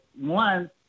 one